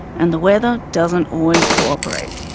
and the weather doesn't always cooperate.